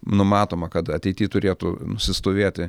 numatoma kad ateity turėtų nusistovėti